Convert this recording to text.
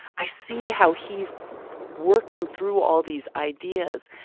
i see how he's working through all these ideas.